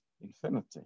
infinity